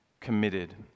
committed